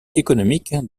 économique